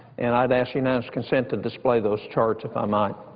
and i'd ask unanimous consent to display those charts if i might.